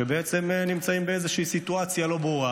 שבעצם נמצאים באיזושהי סיטואציה לא ברורה.